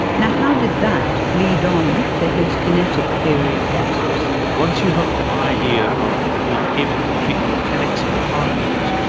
now, how did that lead on to his kinetic theory of gases? once you have the idea of being able to treat the mechanics of the particles,